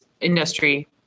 industry